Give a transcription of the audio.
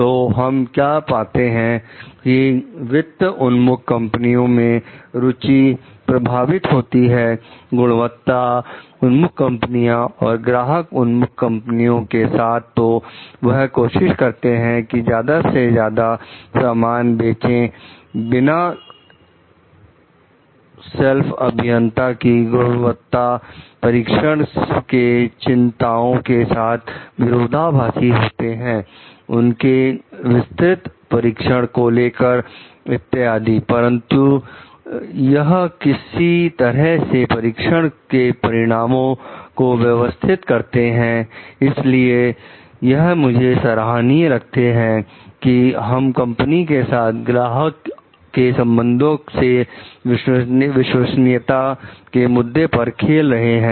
तो हम क्या पाते हैं कि वित्त उन्मुख कंपनियों में रुचि प्रभावित होती है गुणवत्ता उन्मुख कंपनी और ग्राहक उन्मुक्त कंपनियों के साथ तो वह कोशिश करते हैं कि ज्यादा से ज्यादा सामान भेजें बिना सेल्फ अभियंता की गुणवत्ता परीक्षण के चिंताओं के साथ विरोधाभासी होते हैं उनके विस्तृत परीक्षण को लेकर इत्यादि परंतु यह किसी तरह से परीक्षणों के परिणामों को व्यवस्थित करते हैं इसलिए यह मुझे सराहनीय लगते हैं कि हम कंपनी के साथ ग्राहक के संबंधों से विश्वसनीयता के मुद्दे पर खेल रहे हैं